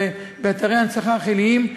באתרי ההנצחה החיליים,